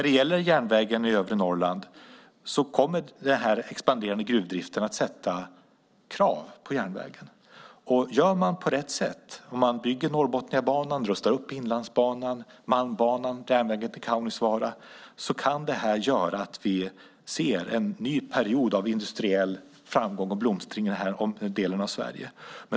Den expanderande gruvdriften kommer att ställa krav på järnvägen i övre Norrland. Gör man på rätt sätt - bygger Norrbotniabanan och rustar upp Inlandsbanan, Malmbanan och järnvägen till Kaunisvaara - kan det leda till att vi får se en ny period av industriell framgång och blomstring i den delen av Sverige.